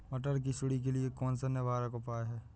मटर की सुंडी के लिए कौन सा निवारक उपाय है?